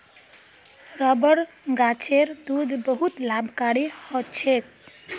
rubber गाछेर दूध बहुत लाभकारी ह छेक